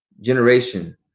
generation